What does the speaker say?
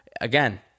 again